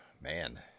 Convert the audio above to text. man